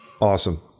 Awesome